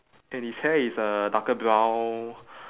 and his hair is a darker brown